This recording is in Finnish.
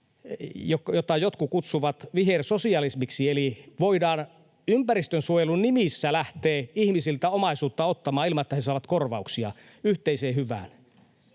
jotkut kutsuvat vihersosialismiksi, että voidaan ympäristönsuojelun nimissä lähteä ihmisiltä ottamaan omaisuutta yhteiseen hyvään ilman, että he saavat korvauksia. Meidän pitää